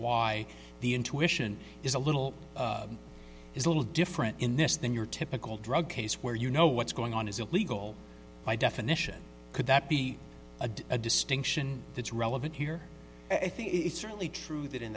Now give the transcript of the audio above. why the intuition is a little is a little different in this than your typical drug case where you know what's going on is illegal by definition could that be a distinction that's relevant here i think it's certainly true that in